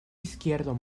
izquierdo